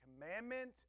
commandment